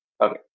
Okay